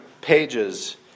pages